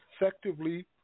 effectively